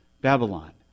Babylon